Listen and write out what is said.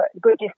good